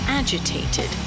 agitated